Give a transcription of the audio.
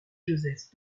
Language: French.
joseph